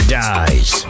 dies